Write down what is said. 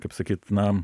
kaip sakyt na